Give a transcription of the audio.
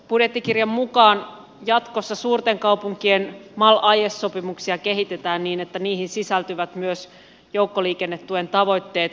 budjettikirjan mukaan jatkossa suurten kaupunkien mal aie sopimuksia kehitetään niin että niihin sisältyvät myös joukkoliikennetuen tavoitteet